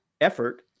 effort